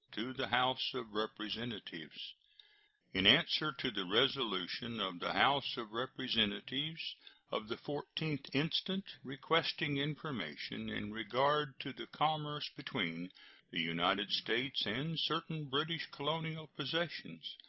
to the house of representatives in answer to the resolution of the house of representatives of the fourteenth instant, requesting information in regard to the commerce between the united states and certain british colonial possessions,